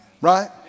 Right